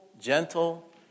gentle